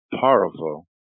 powerful